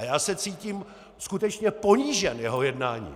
A já se cítím skutečně ponížen jeho jednáním.